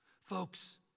Folks